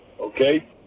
Okay